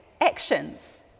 actions